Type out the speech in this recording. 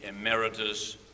Emeritus